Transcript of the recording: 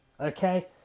okay